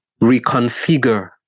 reconfigure